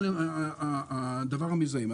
סייגים.